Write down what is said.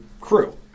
crew